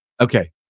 okay